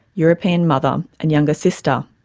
european mother and younger sister,